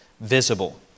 Visible